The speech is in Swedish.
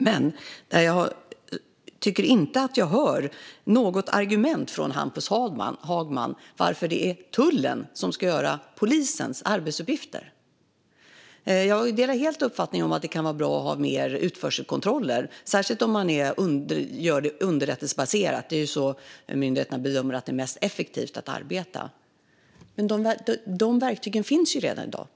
Jag tycker dock inte att jag hör något argument från Hampus Hagman för varför tullen ska göra polisens arbetsuppgifter. Jag delar helt uppfattningen att det kan vara bra att ha fler utförselkontroller, särskilt om det görs underrättelsebaserat. Myndigheterna bedömer ju att det är det mest effektiva arbetssättet. Men dessa verktyg finns redan i dag.